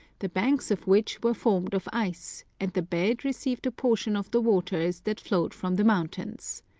the banks of which were formed of ice, and the bed received a portion of the waters that flowed from the mountains.